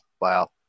Wow